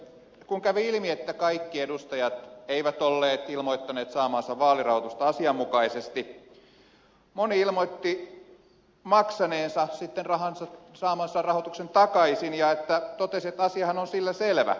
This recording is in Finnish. kun kävi ilmi että kaikki edustajat eivät olleet ilmoittaneet saamaansa vaalirahoitusta asianmukaisesti moni ilmoitti maksaneensa sitten saamansa rahoituksen takaisin ja totesi että asiahan on sillä selvä